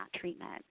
treatment